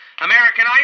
American